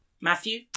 Matthew